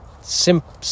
simple